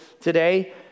today